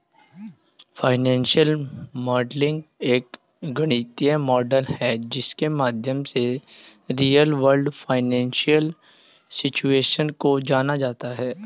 financial modelling एक गणितीय model है जिसके माध्यम से रियल वर्ल्ड फाइनेंशियल सिचुएशन को जाना जाता है